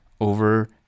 over